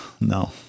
no